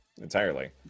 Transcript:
entirely